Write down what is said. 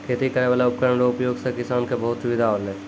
खेती करै वाला उपकरण रो उपयोग से किसान के बहुत सुबिधा होलै